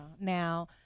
now